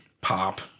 Pop